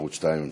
ערוץ 2 משקר?